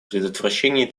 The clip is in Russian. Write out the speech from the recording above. предотвращении